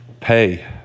pay